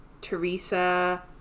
Teresa